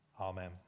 Amen